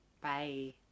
Bye